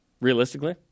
Realistically